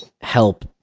help